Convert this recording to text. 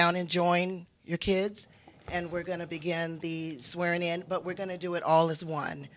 down and join your kids and we're going to begin the swearing in but we're going to do it all as one